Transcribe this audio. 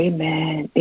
Amen